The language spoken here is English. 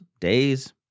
days